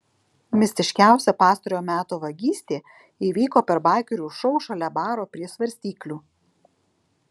mistiškiausia pastarojo meto vagystė įvyko per baikerių šou šalia baro prie svarstyklių